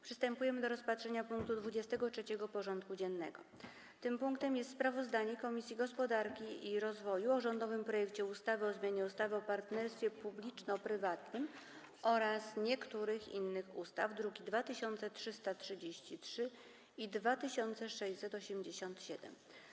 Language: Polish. Przystępujemy do rozpatrzenia punktu 23. porządku dziennego: Sprawozdanie Komisji Gospodarki i Rozwoju o rządowym projekcie ustawy o zmianie ustawy o partnerstwie publiczno-prywatnym oraz niektórych innych ustaw (druki nr 2333 i 2687)